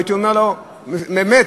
הייתי עונה לו: באמת,